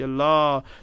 Allah